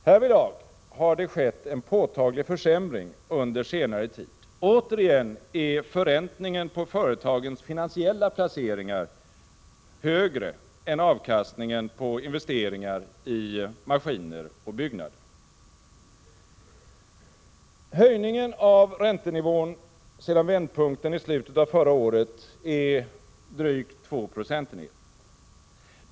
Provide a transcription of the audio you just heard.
Härvidlag har det skett en påtaglig försämring under senare tid. Återigen är förräntningen på företagens finansiella placeringar högre än avkastningen på investeringar i maskiner och byggnader. Höjningen av räntenivån sedan vändpunktenii slutet av förra året är drygt 2 procentenheter.